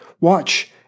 Watch